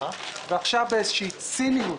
ועכשיו באיזו ציניות